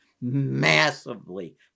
massively